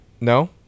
No